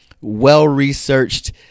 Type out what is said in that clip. well-researched